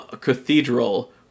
cathedral